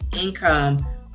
income